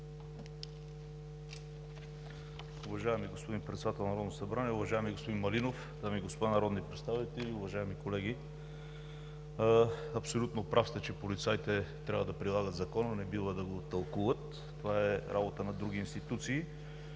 Уважаеми господин Председател на Народното събрание, уважаеми господин Малинов, дами и господа народни представители, уважаеми колеги! Абсолютно прав сте, че полицаите трябва да прилагат закона, не бива да го тълкуват – това е работа на други институции.